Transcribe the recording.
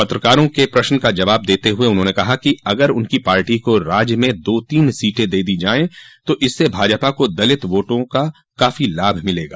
पत्रकारों के प्रश्न का जवाब देते हुये उन्होंने कहा कि अगर उनकी पार्टी को राज्य में दो तीन सीटें दे दी जायें तो इससे भाजपा को दलित वोटों का काफी लाभ मिलेगा